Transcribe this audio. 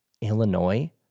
Illinois